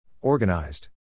Organized